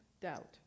doubt